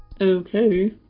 Okay